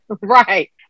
right